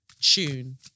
tune